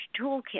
toolkit